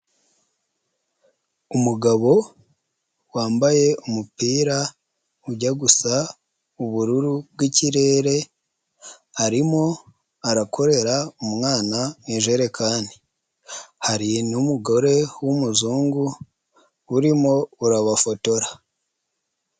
Umugabo wambaye umupira ujya gusa ubururu bw'ikirere, arimo arakorera umwana Ijerekani. Hari n'umugore w'umuzungu urimo urabafotora.